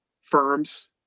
firms